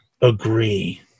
agree